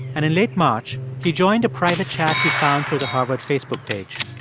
and in late, march he joined a private chat he found through the harvard facebook page.